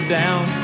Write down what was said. down